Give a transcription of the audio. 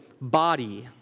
body